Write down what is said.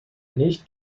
nicht